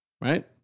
right